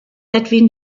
edwin